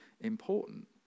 important